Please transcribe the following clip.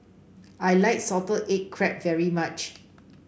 I like Salted Egg Crab very much